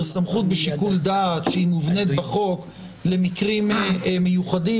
סמכות בשיקול דעת שהיא מובנית בחוק למקרים מיוחדים.